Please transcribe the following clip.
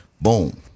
boom